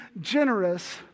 generous